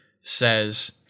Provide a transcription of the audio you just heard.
says